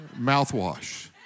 mouthwash